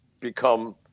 become